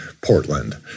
Portland